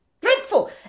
dreadful